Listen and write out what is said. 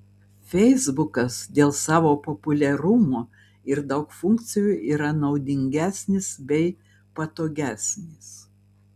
feisbukas dėl savo populiarumo ir daug funkcijų yra naudingesnis bei patogesnis